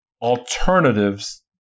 alternatives